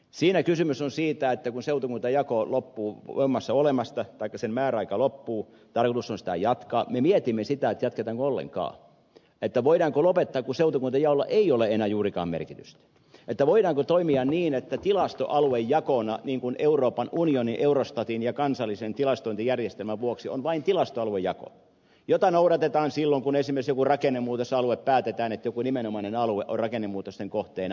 siinä kysymys on siitä että kun seutukuntajaon määräaika loppuu tarkoitus on sitä jatkaa me mietimme sitä jatketaanko ollenkaan vai voidaanko lopettaa kun seutukuntajaolla ei ole enää juurikaan merkitystä että voidaanko toimia niin että euroopan unionin eurostatin ja kansallisen tilastointijärjestelmän vuoksi on vain tilastoaluejako jota noudatetaan silloin kun esimerkiksi päätetään että joku nimenomainen alue on rakennemuutosten kohteena